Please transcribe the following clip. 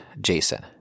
Jason